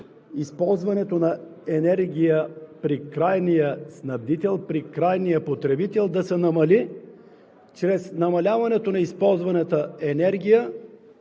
използването на енергия при крайния снабдител, при крайния потребител, да се намали чрез намаляването на използваната енергия,